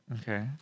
Okay